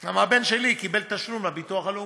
כי הבן שלי קיבל תשלום לביטוח הלאומי,